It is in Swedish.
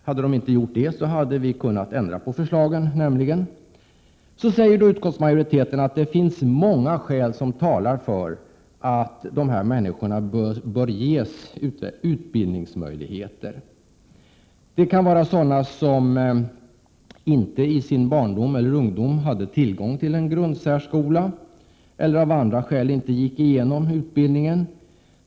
Hade de inte gjort det, så hade vi kunnat ändra på förslagen. Denna utskottsmajoritet säger att det finns många skäl som talar för att de här människorna bör ges utbildningsmöjligheter. Det kan vara sådana som inte i sin barndom eller ungdom hade tillgång till en grundsärskola eller av andra skäl inte gick igenom utbildningen.